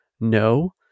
no